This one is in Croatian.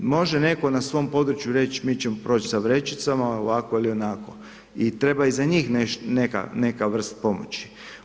Može netko na svom području reći mi ćemo proći sa vrećicama, ovako ili onako i treba i za njih neka vrsta pomoći.